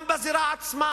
גם בזירה עצמה